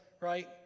right